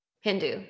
Hindu